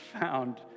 found